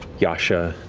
yasha,